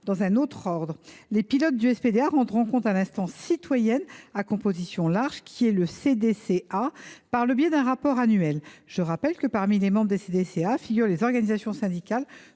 d’un autre ordre. Les pilotes du SPDA rendront compte à l’instance citoyenne à composition large qu’est le CDCA par le biais d’un rapport annuel. Je rappelle que, parmi les membres des CDCA, figurent les organisations syndicales